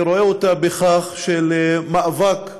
אני רואה במאבק בגזענות,